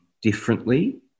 differently